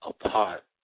apart